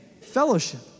fellowship